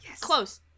Close